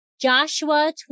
Joshua